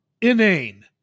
inane